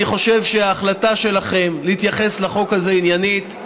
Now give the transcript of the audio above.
אני חושב שההחלטה שלכם להתייחס לחוק הזה עניינית,